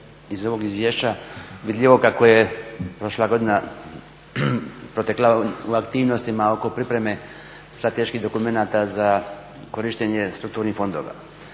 iz ovog izvješća vidljivo kako je prošla godina protekla u aktivnostima oko pripreme strateških dokumenata za korištenje strukturnih fondova.